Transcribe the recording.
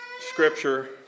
scripture